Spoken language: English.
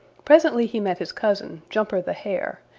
presently he met his cousin, jumper the hare,